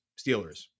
steelers